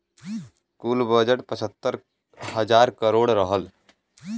कुल बजट पचहत्तर हज़ार करोड़ रहल